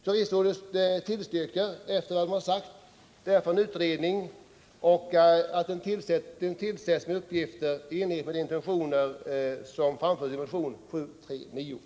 Turistrådet tillstyrker därför efter detta uttalande att en utredning tillsätts med uppgifter i enlighet med de intentioner som framförts i motionen 739.